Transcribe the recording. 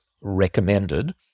recommended